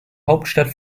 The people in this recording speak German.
hauptstadt